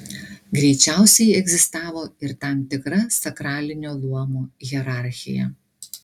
greičiausiai egzistavo ir tam tikra sakralinio luomo hierarchija